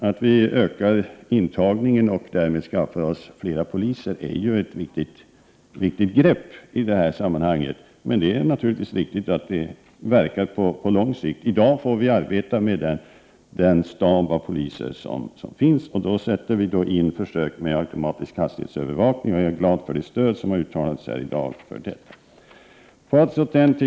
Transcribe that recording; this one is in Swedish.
Att vi nu ökar intagningen till polisskolan och därmed skaffar oss fler poliser är en viktig åtgärd i det här sammanhanget. Men det är naturligtvis riktigt att den åtgärden verkar på lång sikt. Vi får i dag arbeta med den stab av poliser som finns. Försök med automatisk hastighetsövervakning skall genomföras, och jag är glad för det stöd som här i dag har uttalats för detta.